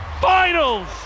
Finals